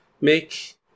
make